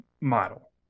model